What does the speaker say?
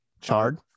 chard